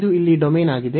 ಇದು ಇಲ್ಲಿ ಡೊಮೇನ್ ಆಗಿದೆ